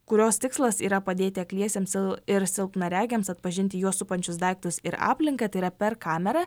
kurios tikslas yra padėti akliesiems ir silpnaregiams atpažinti juos supančius daiktus ir aplinką tai yra per kamerą